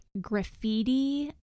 graffiti